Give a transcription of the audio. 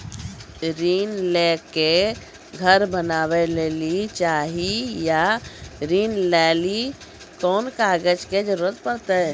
ऋण ले के घर बनावे लेली चाहे या ऋण लेली कोन कागज के जरूरी परतै?